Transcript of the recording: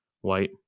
white